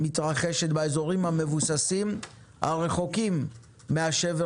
מתרחשת באזורים מבוססים שרחוקים מהשבר